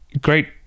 great